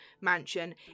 mansion